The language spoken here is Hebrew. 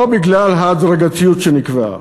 לא בגלל ההדרגתיות שנקבעה.